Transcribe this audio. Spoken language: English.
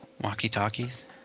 Walkie-talkies